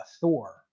Thor